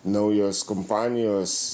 naujos kompanijos